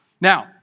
Now